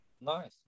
Nice